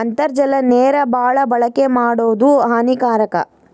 ಅಂತರ್ಜಲ ನೇರ ಬಾಳ ಬಳಕೆ ಮಾಡುದು ಹಾನಿಕಾರಕ